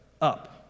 up